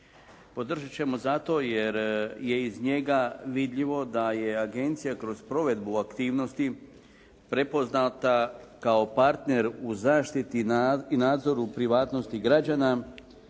Podržati ćemo zato jer je iz njega vidljivo da je agencija kroz provedbu aktivnosti prepoznata kao partner u zaštiti i nadzoru privatnosti građana